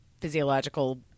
physiological